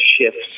shifts